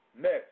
Next